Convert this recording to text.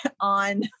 on